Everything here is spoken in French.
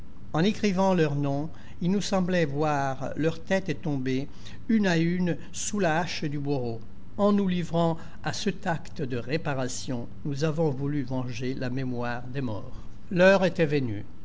en écrivant leurs noms il nous semblait voir leurs têtes tomber une à une sous la hache du bourreau en nous livrant à cet acte de réparation nous avons voulu venger la mémoire des morts la commune l'heure était venue